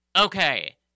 Okay